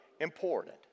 important